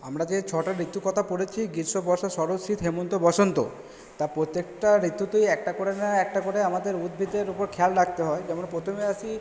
আমরা যে ছটা ঋতুর কথা পড়েছি গ্রীষ্ম বর্ষা শরৎ শীত হেমন্ত বসন্ত তা প্রত্যেকটা ঋতুতেই একটা করে না একটা করে আমাদের উদ্ভিদের উপর খেয়াল রাখতে হয় যেমন প্রথমে আসি